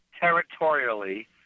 territorially